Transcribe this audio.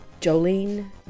Jolene